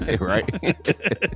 Right